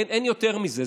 אין יותר מזה.